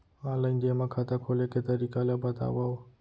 Online जेमा खाता खोले के तरीका ल बतावव?